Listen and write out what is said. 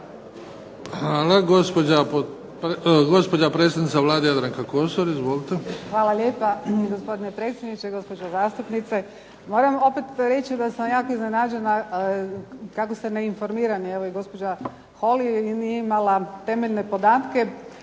Hvala. Gospođa predsjednica Vlade Jadranka Kosor. Izvolite. **Kosor, Jadranka (HDZ)** Hvala lijepa gospodine predsjedniče, gospođo zastupnice. Moram opet reći da sam jako iznenađena kako ste neinformirani. Je li gospođa Holy nije imala temeljne podatke,